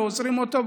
ואוסרים אותו,